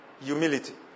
Humility